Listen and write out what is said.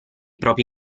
propri